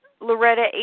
Loretta